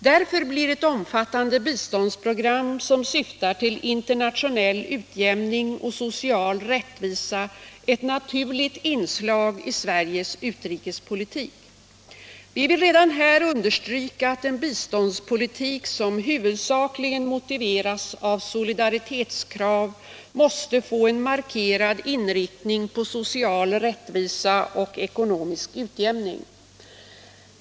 Därför blir ett omfattande biståndsprogram som syftar till internationell utjämning och social rättvisa ett naturligt inslag i Sveriges utrikespolitik.”-—-- Vi vill redan här understryka att en biståndspolitik som huvudsakligen motiveras av solidaritetskrav måste få en markerad inriktning på social rättvisa och ekonomisk utjämning.